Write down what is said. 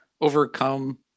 overcome